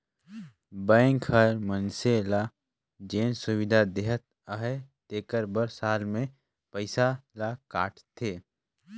bank हर मइनसे ल जेन सुबिधा देहत अहे तेकर बर साल में पइसा ल काटथे